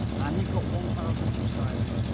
and you've got one thousand subscribers,